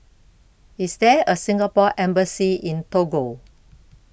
IS There A Singapore Embassy in Togo